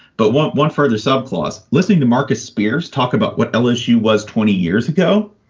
but want one further subclass listening to marcus spears talk about what lsu was twenty years ago,